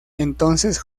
entonces